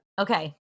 Okay